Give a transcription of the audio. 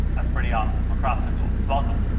that's pretty awesome. across the globe. welcome.